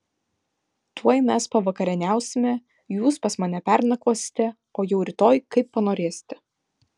tuoj mes pavakarieniausime jūs pas mane pernakvosite o jau rytoj kaip panorėsite